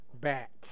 back